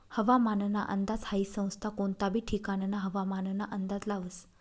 हवामानना अंदाज हाई संस्था कोनता बी ठिकानना हवामानना अंदाज लावस